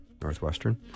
northwestern